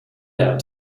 out